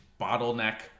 bottleneck